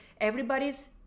everybody's